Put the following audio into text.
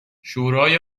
شورای